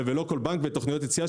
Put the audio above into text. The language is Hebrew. ולא כל בנק בתוכניות יציאה,